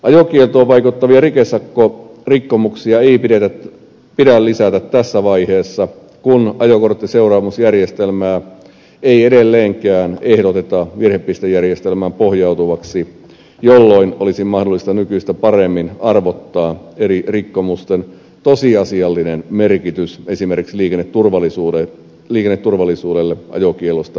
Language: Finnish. ajokieltoon vaikuttavia rikesakkorikkomuksia ei pidä lisätä tässä vaiheessa kun ajokorttiseuraamusjärjestelmää ei edelleenkään ehdoteta virhepistejärjestelmään pohjautuvaksi jolloin olisi mahdollista nykyistä paremmin arvottaa eri rikkomusten tosiasiallinen merkitys esimerkiksi liikenneturvallisuudelle ajokiellosta päätettäessä